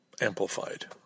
Amplified